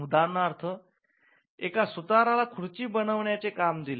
उदाहरणार्थ एका सुतारला खुर्ची बनवण्याचे काम दिले